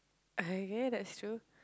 okay that's true